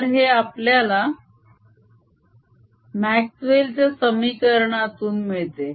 तर हे आपल्याला म्याक्स्वेल च्या समीकरणातून मिळते